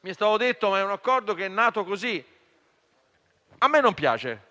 Mi è stato detto che è un accordo nato così. A me non piace: